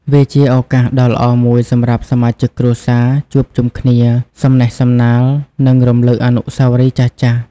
វាជាឱកាសដ៏ល្អមួយសម្រាប់សមាជិកគ្រួសារជួបជុំគ្នា សំណេះសំណាល និងរំលឹកអនុស្សាវរីយ៍ចាស់ៗ។